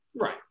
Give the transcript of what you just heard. Right